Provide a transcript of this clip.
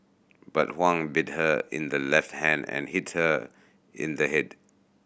but Huang bit her in the left hand and hit her in the head